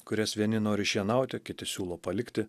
kurias vieni nori šienauti kiti siūlo palikti